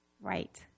Right